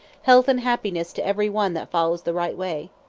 health and happiness to every one that follows the right way!